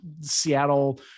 Seattle